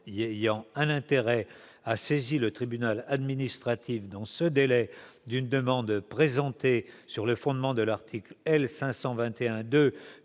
y a un intérêt, a saisi le tribunal administratif dans ce délai d'une demande présentée sur le fondement de l'article L. 521 2